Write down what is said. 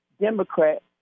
Democrat